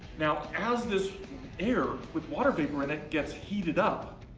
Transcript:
now as this air with water vapor in it gets heated up,